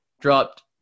dropped